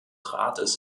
rates